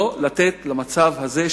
לא לתת למצב הזה,